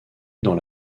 dans